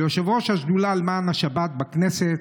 כיושב-ראש השדולה למען השבת בכנסת,